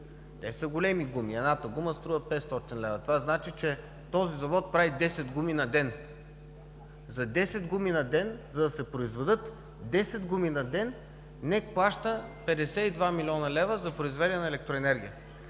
Те са големи гуми. Едната гума струва 500 лв. Това означава, че този завод прави 10 гуми на ден. За да се произведат 10 гуми на ден, НЕК плаща 52 млн. лв. за произведена електроенергия.